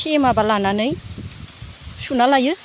थेमा बा लानानै सुना लायो